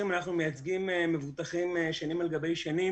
אנחנו מייצגים מבוטחים שנים על גבי שנים